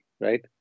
right